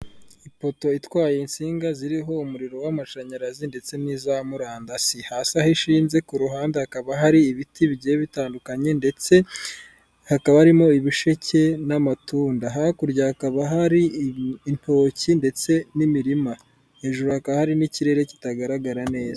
Ipoto itwaye insinga ziriho umuriro w'amashanyarazi ndetse n'iza murandasi. Hasi aho ishinze ku ruhande hakaba hari ibiti bigiye bitandukanye ndetse hakaba harimo ibisheke n'amatunda. Hakurya hakaba hari intoki ndetse n'imirima. Hejuru hakaba hari n'ikirere kitagaragara neza.